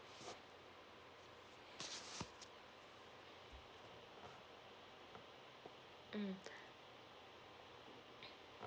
mm